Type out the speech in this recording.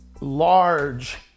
large